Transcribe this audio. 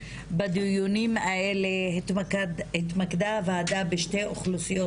בדיונים האלה התמקדה הוועדה בשתי אוכלוסיות